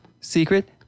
secret